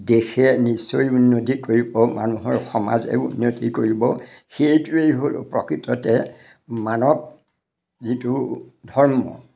দেশে নিশ্চয় উন্নতি কৰিব মানুহৰ সমাজে উন্নতি কৰিব সেইটোৱেই হ'ল প্ৰকৃততে মানৱ যিটো ধৰ্ম